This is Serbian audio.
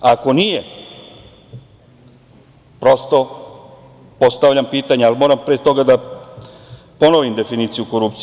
Ako nije, prosto postavljam pitanje, ali moram pre toga da ponovim definiciju korupcije.